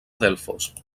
delfos